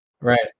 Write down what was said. Right